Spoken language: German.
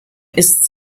ist